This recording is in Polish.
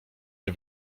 nie